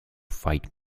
fight